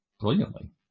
brilliantly